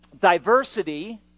diversity